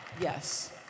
Yes